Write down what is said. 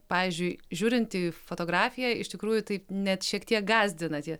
pavyzdžiui žiūrint į fotografiją iš tikrųjų tai net šiek tiek gąsdina tie